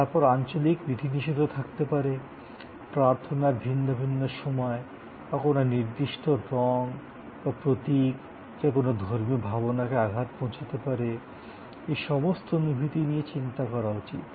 তারপর আঞ্চলিক বিধিনিষেধও থাকতে পারে প্রার্থনার ভিন্ন ভিন্ন সময় বা কোনো নির্দিষ্ট রঙ বা প্রতীক যা কোনো ধর্মীয় ভাবনাকে আঘাত পৌঁছতে পারে এই সমস্ত অনুভূতি নিয়ে চিন্তা করা উচিত